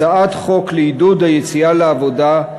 הצעת חוק לעידוד היציאה לעבודה,